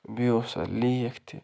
بیٚیہِ اوس اَتھ لیٖک تہِ